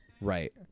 right